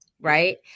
right